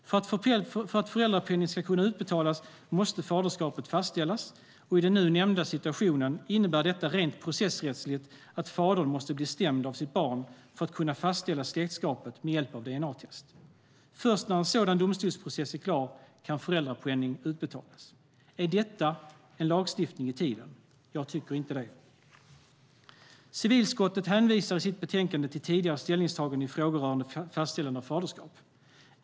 För att föräldrapenning ska kunna utbetalas måste faderskapet fastställas, och i den nu nämnda situationen innebär detta rent processrättsligt att fadern måste bli stämd av sitt barn för att kunna fastställa släktskapet med hjälp av dna-test. Först när en sådan domstolsprocess är klar kan föräldrapenning utbetalas. Är detta en lagstiftning i tiden? Jag tycker inte det. Civilutskottet hänvisar i sitt betänkande till tidigare ställningstagande i frågor rörande fastställande av faderskap.